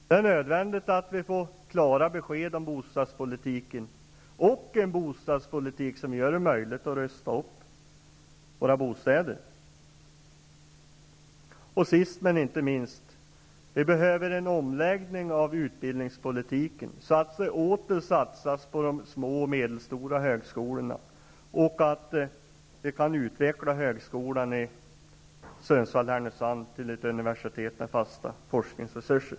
Det är nödvändigt att vi får klara besked om bostadspolitiken och att vi får en bostadspolitik som gör det möjligt för oss att rusta upp våra bostäder. Sist men inte minst behöver vi en omläggning av utbildningspolitiken så att det åter satsas på de små och medelstora högskolorna. Det är viktigt att vi kan utveckla högskolan i Sundsvall/Härnösand till ett universitet med fasta forskningresurser.